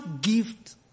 gift